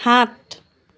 সাত